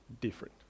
different